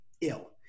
ill